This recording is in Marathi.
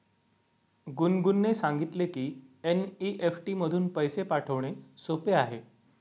गुनगुनने सांगितले की एन.ई.एफ.टी मधून पैसे पाठवणे सोपे आहे